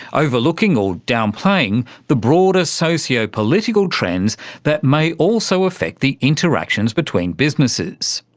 overlooking or downplaying the broader socio-political trends that may also affect the interactions between businesses.